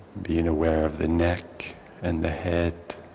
being aware of the neck and the head